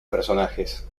personajes